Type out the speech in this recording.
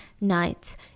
nights